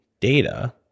data